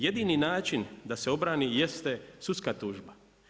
Jedini način da se obrani jeste sudska tužba.